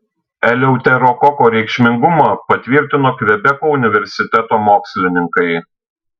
eleuterokoko reikšmingumą patvirtino kvebeko universiteto mokslininkai